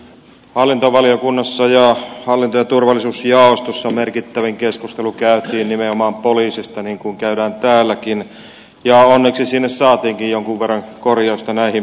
hallintovaliokunnassa ja hallinto ja turvallisuusjaostossa merkittävin keskustelu käytiin nimenomaan poliisista niin kuin käydään täälläkin ja onneksi sinne saatiinkin jonkun verran korjausta näihin määrärahoihin